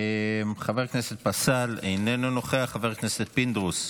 חבר הכנסת פסל, איננו נוכח, חבר הכנסת פינדרוס,